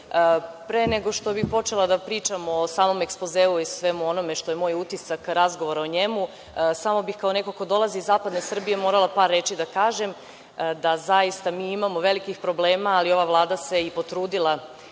pre nego što bih počela da pričam o samom ekspozeu i o svemu onome što je moj utisak razgovora o njemu, samo bih kao neko ko dolazi iz zapadne Srbije morala par reči da kažem. Zaista imamo velikih problema, ali ova Vlada se i potrudila